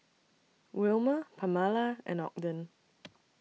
Wilmer Pamala and Ogden